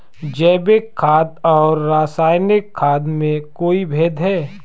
जैविक खाद और रासायनिक खाद में कोई भेद है?